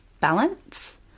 balance